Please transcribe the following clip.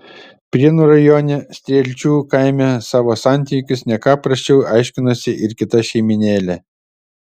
prienų rajone strielčių kaime savo santykius ne ką prasčiau aiškinosi ir kita šeimynėlė